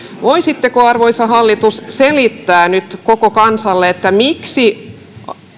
voisitteko arvoisa hallitus selittää nyt koko kansalle miksi